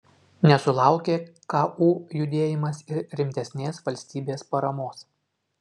nesulaukė ku judėjimas ir rimtesnės valstybės paramos